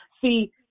See